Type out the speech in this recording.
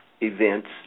events